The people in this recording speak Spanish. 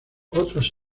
otros